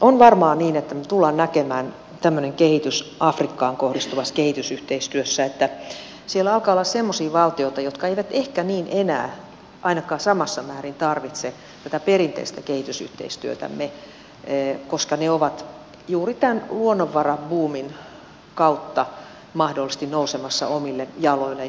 on varmaan niin että me tulemme näkemään tämmöisen kehityksen afrikkaan kohdistuvassa kehitysyhteistyössä että siellä alkaa olla semmoisia valtioita jotka eivät ehkä enää ainakaan samassa määrin tarvitse tätä perinteistä kehitysyhteistyötämme koska ne ovat juuri tämän luonnonvarabuumin kautta mahdollisesti nousemassa omille jaloilleen